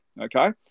Okay